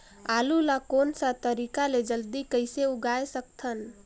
आलू ला कोन सा तरीका ले जल्दी कइसे उगाय सकथन?